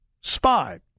spy